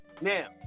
Now